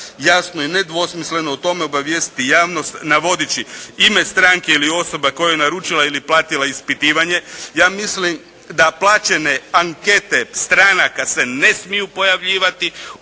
jasno i nedvosmisleno o tome obavijestiti javnost navodeći ime stranke ili osoba koja je naručila ili platila ispitivanje. Ja mislim da plaćene ankete stranaka se ne smiju pojavljivati